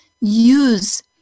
use